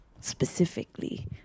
specifically